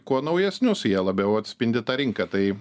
kuo naujesnius jie labiau atspindi tą rinką tai